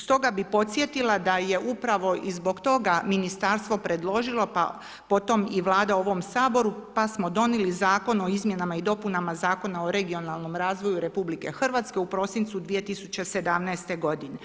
Stoga bih podsjetila da je upravo i zbog toga Ministarstvo predložilo, pa po tom i Vlada ovom Saboru, pa smo donijeli Zakon o izmjenama i dopunama zakona o regionalnom razvoju RH u prosincu 2017. godine.